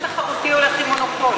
איך משק תחרותי הולך עם מונופול?